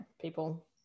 People